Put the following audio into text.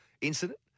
incident